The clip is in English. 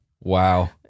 Wow